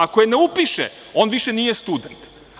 Ako je ne upiše on više nije student.